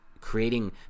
creating